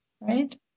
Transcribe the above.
right